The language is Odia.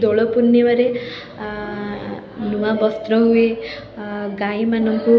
ଦୋଳପୂର୍ଣ୍ଣିମାରେ ନୂଆ ବସ୍ତ୍ର ହୁଏ ଗାଈମାନଙ୍କୁ